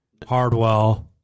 Hardwell